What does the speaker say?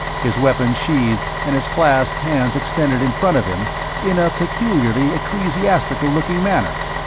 his weapons sheathed and his clasped hands extended in front of him in a peculiarly ecclesiastical-looking manner.